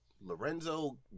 Lorenzo